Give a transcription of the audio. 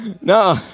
no